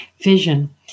vision